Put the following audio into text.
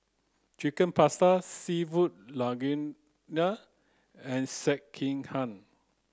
Chicken Pasta Seafood Linguine and Sekihan